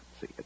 See